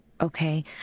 okay